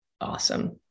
awesome